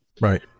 Right